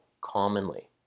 commonly